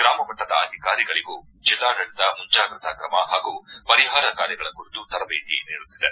ಗ್ರಾಮ ಮಟ್ಟದ ಅಧಿಕಾರಿಗಳಗೂ ಜಿಲ್ಲಾಡಳಿತ ಮುಂಜಾಗ್ರತಾ ಕ್ರಮ ಹಾಗೂ ಪರಿಹಾರ ಕಾರ್ಯಗಳ ಕುರಿತು ತರಬೇತಿ ನೀಡುತ್ತಿದೆ